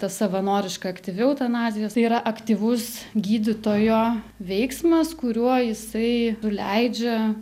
ta savanoriška aktyvi eutanazijos tai yra aktyvus gydytojo veiksmas kuriuo jisai nuleidžia